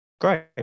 Great